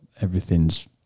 everything's